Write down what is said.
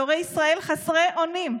והורי ישראל חסרי אונים.